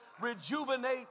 rejuvenate